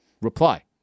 Reply